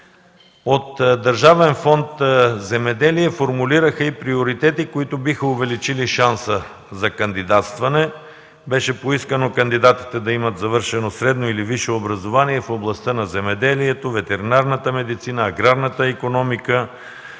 От Държавен фонд „Земеделие“ формулираха и приоритети, които биха увеличили шанса за кандидатстване. Беше поискано кандидатите да имат средно или висше образование в областта на земеделието, ветеринарната медицина, аграрната икономика